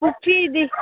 ꯄꯨꯈꯤꯗꯤ